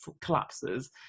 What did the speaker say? collapses